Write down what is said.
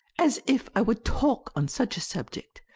as if i would talk on such a subject!